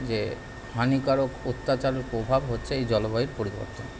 যে হানিকারক অত্যাচারের প্রভাব হচ্ছে এই জলবায়ুর পরিবর্তন